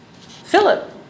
Philip